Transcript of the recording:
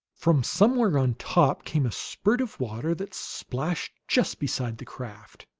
from somewhere on top came a spurt of water that splashed just beside the craft.